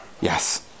yes